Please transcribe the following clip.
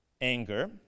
anger